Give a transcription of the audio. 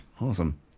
Awesome